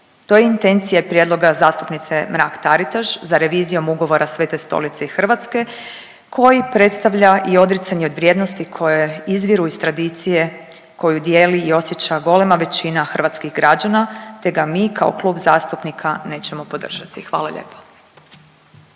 To je intencija i prijedloga zastupnice Mrak Taritaš za revizijom ugovora Svete stolice i Hrvatske koji predstavlja i odricanje od vrijednosti koje izviru iz tradicije koju dijeli i osjeća golema većina hrvatskih građana te ga mi kao klub zastupnika nećemo podržati. Hvala lijepa.